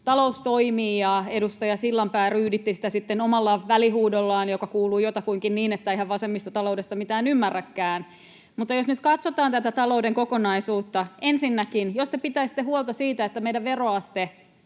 talous toimii, ja edustaja Sillanpää ryyditti sitä sitten omalla välihuudollaan, joka kuului jotakuinkin niin, että eihän vasemmisto taloudesta mitään ymmärräkään. Mutta jos nyt katsotaan tätä talouden kokonaisuutta: Ensinnäkin, jos te pitäisitte huolta siitä, että meidän veroaste